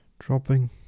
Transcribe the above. Dropping